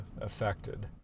affected